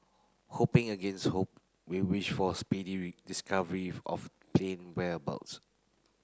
hoping against hope we wish for speedy re discovery of plane whereabouts